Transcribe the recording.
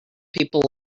people